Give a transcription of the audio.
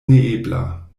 neebla